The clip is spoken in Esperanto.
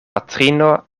patrino